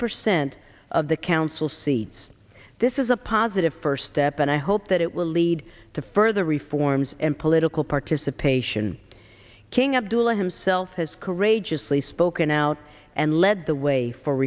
percent of the council seats this is a positive first step and i hope that it will lead to further reforms and political participation king abdullah himself has courageously spoken out and led the way for